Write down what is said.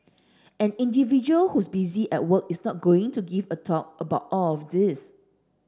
an individual who's busy at work is not going to give a thought about all of this